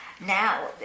Now